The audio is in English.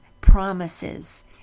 promises